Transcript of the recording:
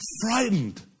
Frightened